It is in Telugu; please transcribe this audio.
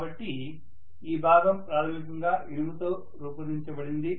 కాబట్టి ఈ భాగం ప్రాథమికంగా ఇనుముతో రూపొందించబడింది